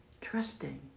trusting